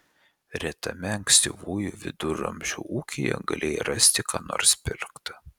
retame ankstyvųjų viduramžių ūkyje galėjai rasti ką nors pirkta